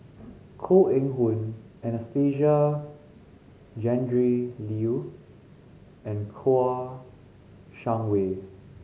Koh Eng Hoon Anastasia Tjendri Liew and Kouo Shang Wei